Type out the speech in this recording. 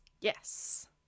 Yes